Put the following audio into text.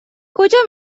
کجا